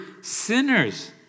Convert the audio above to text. sinners